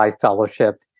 fellowship